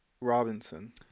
Robinson